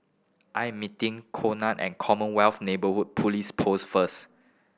I am meeting Conard at Commonwealth Neighbourhood Police Post first